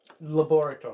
laboratory